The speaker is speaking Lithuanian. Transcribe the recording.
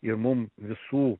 ir mum visų